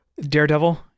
daredevil